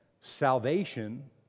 salvation